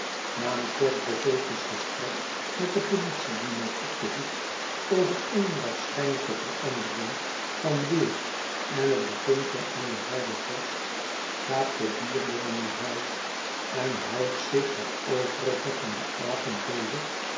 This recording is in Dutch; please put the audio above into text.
na een kort profetisch gesprek met den politiedienaar op den hoek over eene waarschijnlijke verandering van weer en het begin van eene harde vorst gaat de bierjongen naar huis en houdt zich het overige van den avond bezig